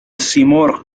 سیمرغ